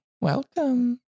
Welcome